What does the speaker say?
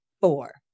four